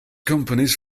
companies